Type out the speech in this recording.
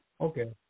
Okay